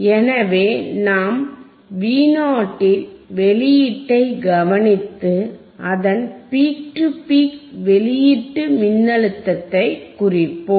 எனவே நாம் Vo இல் வெளியீட்டைக் கவனித்து அதன் பீக் டு பீக் வெளியீட்டு மின்னழுத்தத்தை குறிப்போம்